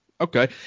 okay